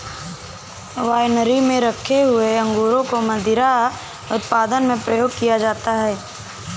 winery में रखे हुए अंगूरों को मदिरा उत्पादन में प्रयोग किया जाता है